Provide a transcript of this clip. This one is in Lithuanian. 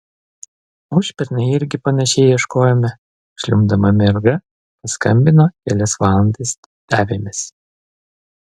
užpernai irgi panašiai ieškojome žliumbdama merga paskambino kelias valandas davėmės